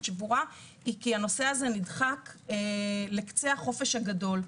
שבורה היא שהנושא נדחק לקצה החופש הגדול.